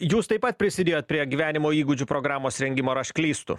jūs taip pat prisidėjot prie gyvenimo įgūdžių programos rengimo ar aš klystu